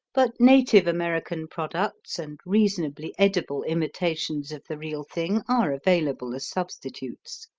but native american products and reasonably edible imitations of the real thing are available as substitutes.